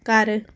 ਘਰ